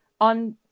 on